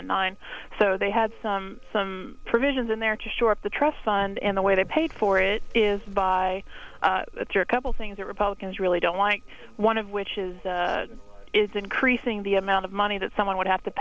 and nine so they had some some provisions in there to shore up the trust fund in the way they paid for it is by a couple things that republicans really don't like one of which is is increasing the amount of money that someone would have to